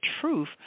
truth